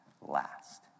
last